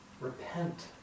Repent